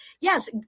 yes